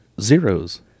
zeros